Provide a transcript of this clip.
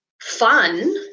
fun